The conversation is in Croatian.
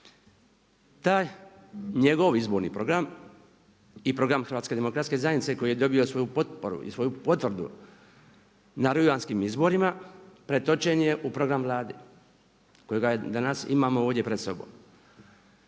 Taj njegov izborni program i program HDZ-a koji je dobio svoju potporu i svoju potvrdu na rujanskim izborima pretočen je u program Vlade kojeg danas imamo ovdje pred sobom.